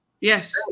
Yes